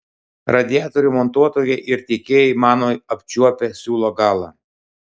radiatorių montuotojai ir tiekėjai mano jau apčiuopę siūlo galą